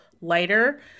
lighter